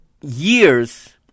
years